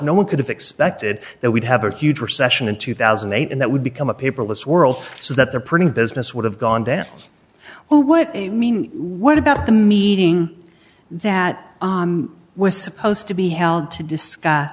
no one could have expected that we'd have a huge recession in two thousand and eight and that would become a paperless world so that the printing business would have gone down well what i mean what about the meeting that was supposed to be held to discuss